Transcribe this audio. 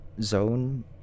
zone